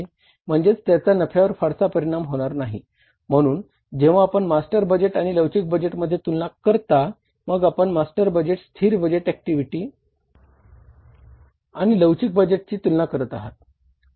ह्यालाच master budget आणि लवचिक बजेट म्हणतात